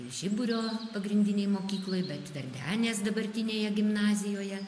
žiburio pagrindinėj mokykloj bet verdenės dabartinėje gimnazijoje